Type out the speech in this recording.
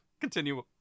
continue